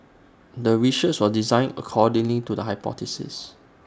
the research was designed accordingly to the hypothesis